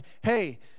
hey